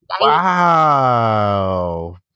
Wow